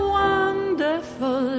wonderful